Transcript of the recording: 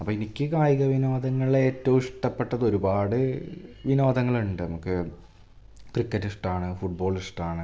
അപ്പം എനിക്ക് കായികവിനോദങ്ങളിലേറ്റവും ഇഷ്ടപ്പെട്ടതൊരുപാട് വിനോദങ്ങളുണ്ട് നമുക്ക് ക്രക്കറ്റിഷ്ടമാണ് ഫുട്ബോളിഷ്ടമാണ്